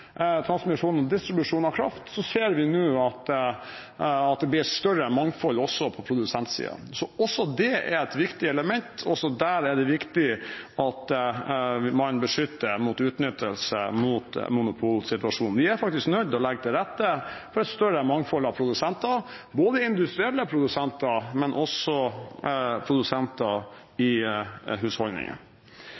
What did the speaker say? transmisjon og distribusjon av kraft, ser vi nå at det blir et større mangfold også på produsentsiden. Så også det er et viktig element, også der er det viktig at man beskytter mot utnyttelse av monopolsituasjonen. Vi er faktisk nødt til å legge til rette for et større mangfold av produsenter, ikke bare industrielle, men også produsenter i